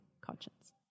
conscience